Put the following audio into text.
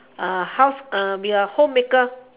a house be a homemaker